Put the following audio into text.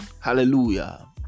Hallelujah